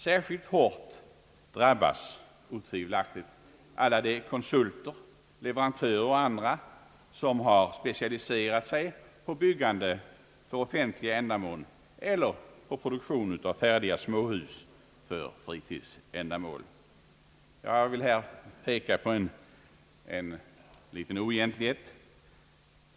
Särskilt hårt drabbas otvivelaktigt alla de konsulter, leverantörer och andra, som har specialiserat sig på byggande för offentliga ändamål eller på produktion av färdiga småhus för fritidsändamål. Jag vill här peka på en liten oegentlighet.